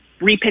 repick